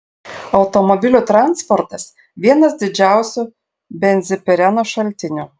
automobilių transportas vienas didžiausių benzpireno šaltinių